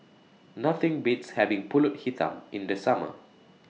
Nothing Beats having Pulut Hitam in The Summer